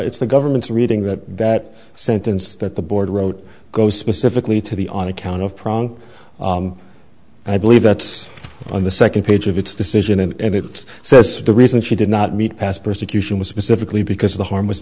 it's the government's reading that that sentence that the board wrote goes specifically to the on account of pronk i believe that's on the second page of its decision and it says the reason she did not meet past persecution was specifically because the harm was